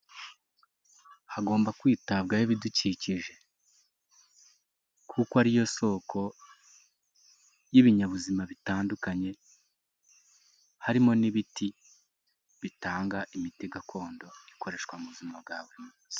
Hagomba kwitabwaho ibidukikije kuko ariyo soko y'ibinyabuzima bitandukanye harimo n'ibiti bitanga imiti gakondo ikoreshwa mu buzima bwa buri munsi.